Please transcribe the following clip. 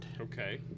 Okay